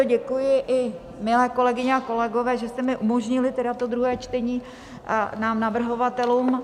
Děkuji i, milé kolegyně a kolegové, že jste umožnili to druhé čtení nám navrhovatelům.